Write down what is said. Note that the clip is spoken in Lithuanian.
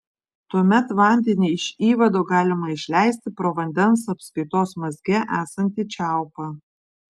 tuomet vandenį iš įvado galima išleisti pro vandens apskaitos mazge esantį čiaupą